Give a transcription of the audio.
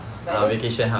but then